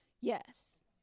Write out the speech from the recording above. Yes